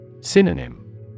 Synonym